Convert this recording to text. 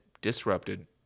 disrupted